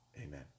Amen